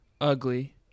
ugly